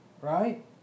right